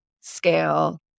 scale